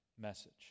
message